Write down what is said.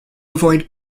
avoid